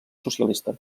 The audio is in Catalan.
socialista